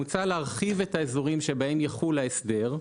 מוצע להרחיב את האזורים שבהם יחול ההסדר,